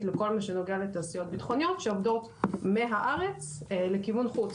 לכל מה שנוגע לתעשיות בטחוניות שעובדות מהארץ לכיוון חוץ